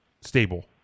stable